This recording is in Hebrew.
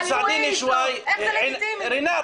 --- איך לגיטימי -- רינת,